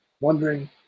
wondering